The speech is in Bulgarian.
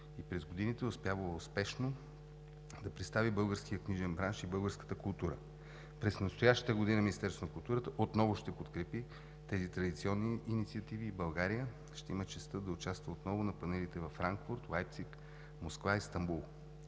и през годините е успявала успешно да представи българския книжен бранш и българската култура. През настоящата година Министерството на културата отново ще подкрепи тези традиционни инициативи и България ще има честта да участва отново на панаирите във Франкфурт, Лайпциг, Москва и Истанбул.